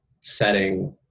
setting